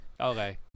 Okay